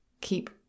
keep